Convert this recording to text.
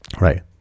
Right